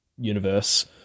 universe